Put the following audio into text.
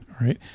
right